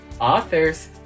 authors